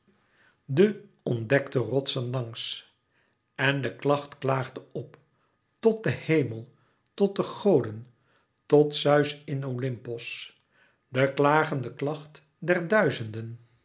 de ontdekte rotsen langs en de klacht klaagde p tot den hemel tot de goden tot zeus in oympos de klagende klacht der duizenden